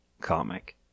comic